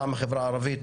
מטעם החברה הערבית,